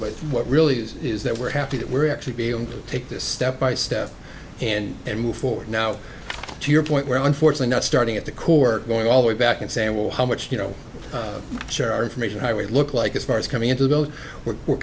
but what really is is that we're happy that we're actually be able to take this step by step and and move forward now to your point were unfortunate not starting at the court going all the way back and saying well how much you know share our information i would look like as far as coming into those we're